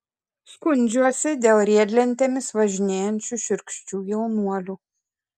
skundžiuosi dėl riedlentėmis važinėjančių šiurkščių jaunuolių